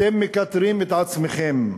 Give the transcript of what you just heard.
אתם מכתרים את עצמכם.